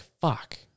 fuck